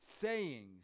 sayings